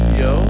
yo